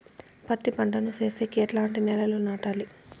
పత్తి పంట ను సేసేకి ఎట్లాంటి నేలలో నాటాలి?